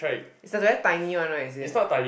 it's the very tiny one right is it